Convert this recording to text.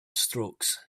strokes